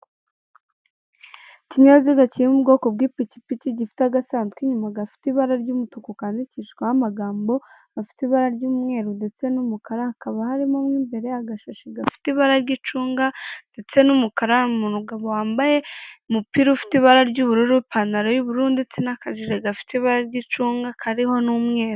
Ikinyabiziga kiri mu bwoko bw'ipikipiki, gifite agasanduku inyuma gafite ibara ry'umutuku, kandikishijweho amagambo afite ibara ry'umweru ndetse n'umukara, hakaba harimo mu imbere agashashi gafite ibara ry'icunga ndetse n'umukara , umugabo wambaye umupira ufite ibara ry'ubururu, ipantaro y'ubururu ndetse n'akajire gafite ibara ry'icunga kariho n'umweru.